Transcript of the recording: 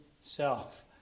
self